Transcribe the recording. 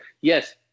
Yes